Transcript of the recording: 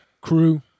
Crew